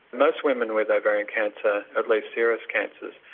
most women with ovarian cancer, at least serous cancers,